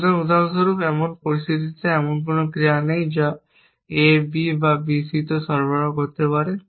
সুতরাং উদাহরণস্বরূপ এই পরিস্থিতিতে এমন কোনও ক্রিয়া নেই যা A B বা B C তে সরবরাহ করতে পারে